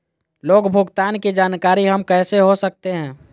Loan भुगतान की जानकारी हम कैसे हो सकते हैं?